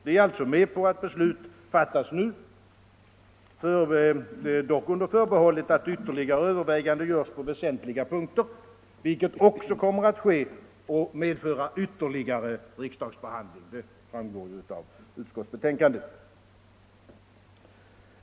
Vi är alltså med på att beslut fattas nu, dock under förbehållet att ytterligare överväganden görs på väsentliga punkter, vilket också kommer att ske och medföra ytterligare riksdagsbehandling — det framgår av utskottsbetänkandet.